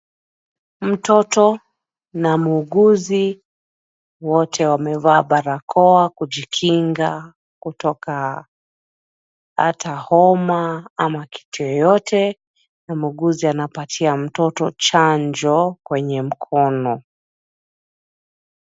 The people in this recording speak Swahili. Mtoto na muuguzi, wote wamevaa barakoa kujikinga kutoka ata homa ama kitu yoyote na muuguzi anapatia mtoto chanjo kwenye mkono.